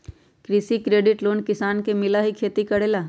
कृषि credit loan किसान के मिलहई खेती करेला?